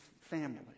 family